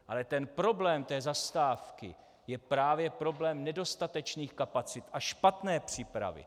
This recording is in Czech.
Ale problém té Zastávky je právě problém nedostatečných kapacit a špatné přípravy.